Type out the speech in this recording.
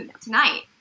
tonight